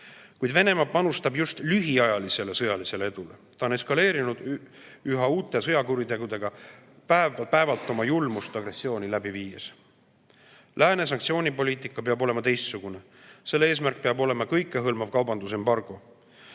Kuid Venemaa panustab just lühiajalisele sõjalisele edule. Ta on eskaleerinud üha uute sõjakuritegudega päev-päevalt oma julmust agressiooni läbi viies. Lääne sanktsioonipoliitika peab olema teistsugune. Selle eesmärk peab olema kõikehõlmav kaubandusembargo.